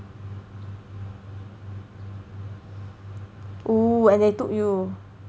oo and they took you